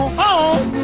home